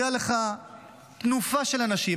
הייתה לך תנופה של אנשים,